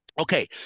Okay